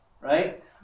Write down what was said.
Right